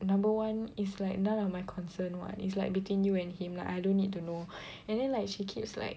number one is like none of my concern [what] it's like between you and him like I don't need to know and then like she keeps like